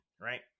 right